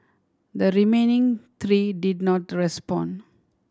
the remaining three did not respond